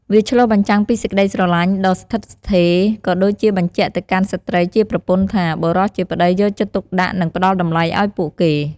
វាឆ្លុះបញ្ចាំងពីសេចក្ដីស្រឡាញ់ដ៏ស្ថិតស្ថេរ ក៏ដូចជាបញ្ជាក់ទៅកាន់ស្ត្រីជាប្រពន្ធថា បុរសជាប្ដីយកចិត្តទុកដាក់ និងផ្ដល់តម្លៃឱ្យពួកគេ។